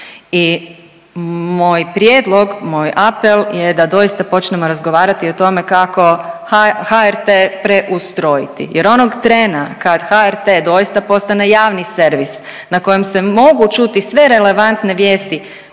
I moj prijedlog, moj apel je da doista počnemo razgovarati o tome kako HRT preustrojiti jer onog trena kad HRT doista postane javni servis na kojem se mogu čuti sve relevantne vijesti